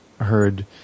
heard